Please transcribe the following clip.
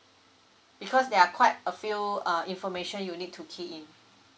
because there are quite a few uh information you need to key in